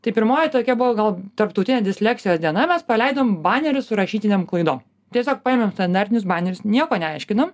tai pirmoji tokia buvo gal tarptautinė disleksijos diena mes paleidom banerius su rašytinėm klaidom tiesiog paėmėm standartinius banerius nieko neaiškinom